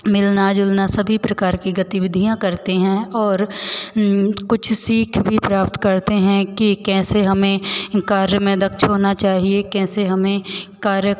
मिलना जुलना सभी प्रकार की गतिविधियाँ करते हैं और कुछ सीख भी प्राप्त करते हैं कि कैसे हमें कार्य में दक्षता होना चाहिए कार्य कैसे हमे कार्य